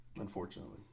Unfortunately